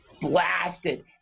blasted